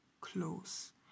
close